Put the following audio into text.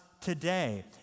today